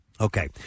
Okay